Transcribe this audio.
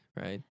Right